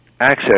access